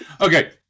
Okay